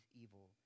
evil